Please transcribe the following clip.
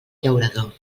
llaurador